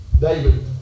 David